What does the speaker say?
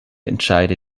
entscheide